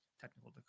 technical